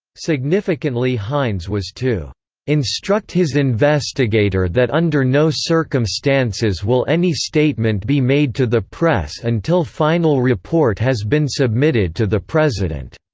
significantly hines was to instruct his investigator that under no circumstances will any statement be made to the press until final report has been submitted to the president.